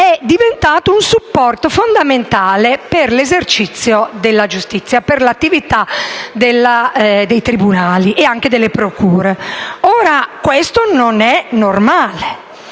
è diventata un supporto fondamentale per l'esercizio della giustizia, per l'attività dei tribunali e anche delle procure. Ora, questo non è normale,